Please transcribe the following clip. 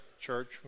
church